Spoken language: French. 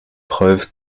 preuve